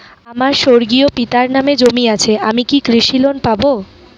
আমার স্বর্গীয় পিতার নামে জমি আছে আমি কি কৃষি লোন পাব?